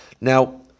Now